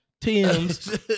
Tim's